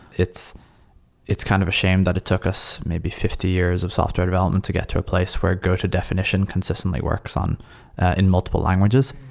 it's it's kind of a shame that it took us maybe fifty years of software development to get to a place where go to definition consistently works in multiple languages.